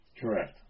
Correct